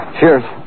Cheers